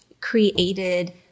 created